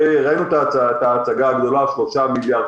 הרי ראינו את ההצגה הגדולה 3 מיליארד,